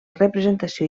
representació